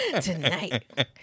tonight